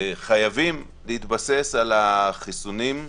חייבים להתבסס על החיסונים,